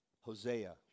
Hosea